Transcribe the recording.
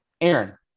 Aaron